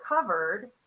covered